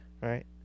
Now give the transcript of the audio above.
right